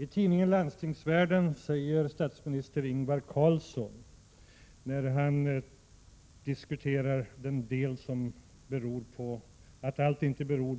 I tidningen Landstingsvärlden diskuterar statsminister Ingvar Carlsson de förhållanden som inte beror